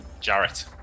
Jarrett